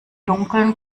dunkeln